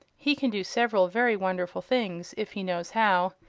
he can do several very wonderful things if he knows how.